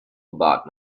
about